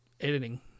editing